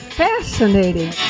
fascinating